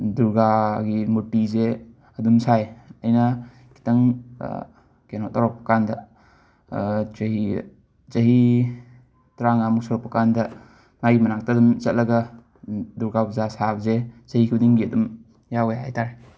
ꯗꯨꯔꯒꯥꯒꯤ ꯃꯨꯔꯇꯤꯁꯦ ꯑꯗꯨꯝ ꯁꯥꯏ ꯑꯩꯅ ꯈꯤꯇꯪ ꯀꯩꯅꯣ ꯇꯧꯔꯛꯄꯀꯥꯟꯗ ꯆꯍꯤ ꯆꯍꯤ ꯇ꯭ꯔꯥꯉꯥꯃꯨꯛ ꯁꯨꯔꯛꯄꯀꯥꯟꯗ ꯃꯥꯒꯤ ꯃꯅꯥꯛꯇ ꯑꯗꯨꯝ ꯆꯠꯂꯒ ꯗꯨꯔꯒꯥ ꯕꯨꯖꯥ ꯁꯥꯕꯁꯦ ꯆꯍꯤ ꯈꯨꯗꯤꯡꯒꯤ ꯑꯗꯨꯝ ꯌꯥꯎꯋꯦ ꯍꯥꯏꯇꯥꯔꯦ